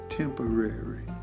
temporary